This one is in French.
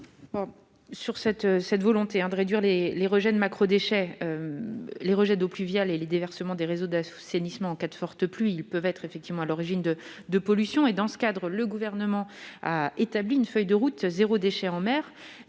du Gouvernement ? Les rejets de macro-déchets, les rejets d'eaux pluviales et les déversements des réseaux d'assainissement en cas de forte pluie peuvent effectivement être à l'origine de pollutions. C'est pourquoi le Gouvernement a établi une feuille de route « zéro déchet en mer ».